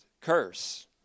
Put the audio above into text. curse